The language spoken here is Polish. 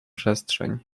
przestrzeń